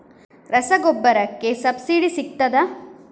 ರಸಗೊಬ್ಬರಕ್ಕೆ ಸಬ್ಸಿಡಿ ಸಿಗ್ತದಾ?